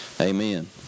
Amen